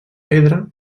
pedra